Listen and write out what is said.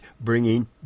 bringing